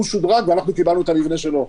הוא שודרג ואנחנו קיבלנו את המבנה שלו.